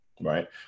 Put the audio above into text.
Right